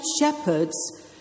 shepherds